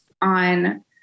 on